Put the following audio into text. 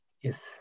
yes